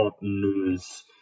news